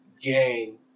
gang